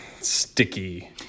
sticky